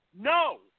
no